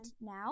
now